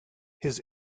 his